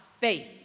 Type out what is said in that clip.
faith